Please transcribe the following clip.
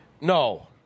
No